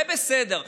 זה בסדר.